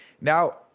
now